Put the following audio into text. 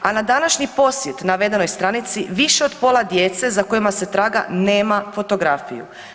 A na današnji posjet navedenoj stranici više od pola djece za kojima se traga nema fotografiju.